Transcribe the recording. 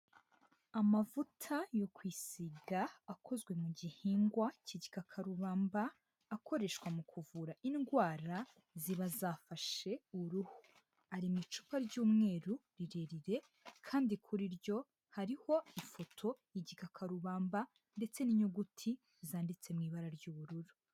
Amavuta yo kwisiga akozwe mu gihingwa cy'igikakarubamba, akoreshwa mu kuvura indwara ziba zafashe uruhu. Ari mu icupa ry'umweru rirerire kandi kuri ryo hariho ifoto y'igikakarubamba ndetse n'inyuguti zanditse mu ibara ry'ubururu.